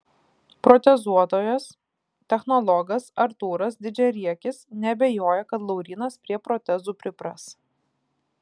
protezuotojas technologas artūras didžiariekis neabejoja kad laurynas prie protezų pripras